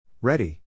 Ready